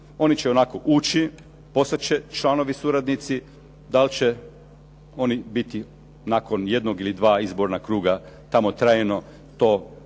oni će ionako ući, postat će članovi suradnici. Da li će oni biti nakon jednog ili dva izborna kruga tamo trajno to je